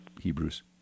Hebrews